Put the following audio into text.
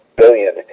billion